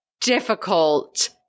difficult